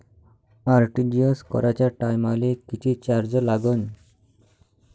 RTGS कराच्या टायमाले किती चार्ज लागन?